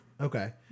okay